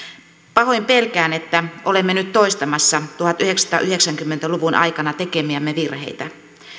pahoin pelkään että olemme nyt toistamassa tuhatyhdeksänsataayhdeksänkymmentä luvun aikana tekemiämme virheitä